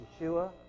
Yeshua